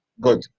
good